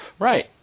Right